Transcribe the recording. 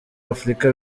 afurika